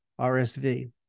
RSV